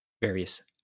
various